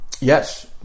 Yes